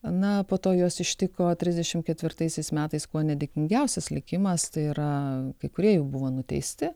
na po to juos ištiko trisdešimt ketvirtaisiais metais kuo nedėkingiausias likimas tai yra kai kurie jų buvo nuteisti